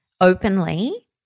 openly